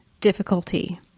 difficulty